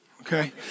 okay